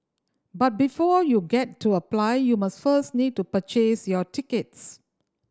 but before you get to apply you must first need to purchase your tickets